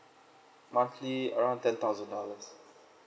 monthly around ten thousand dollars